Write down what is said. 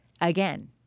Again